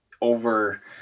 over